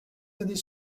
années